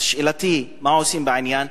שאלתי: מה עושים בעניין,